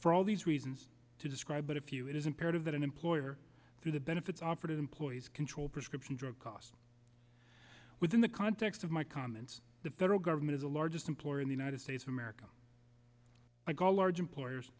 for all these reasons to describe but if you it is imperative that an employer through the benefits operated employees control prescription drug costs within the context of my comments the federal government is the largest employer in the united states of america i call large employers